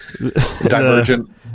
Divergent